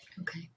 okay